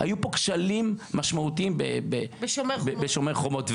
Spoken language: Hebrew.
היו פה כשלים משמעותיים בשומר חומות,